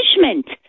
punishment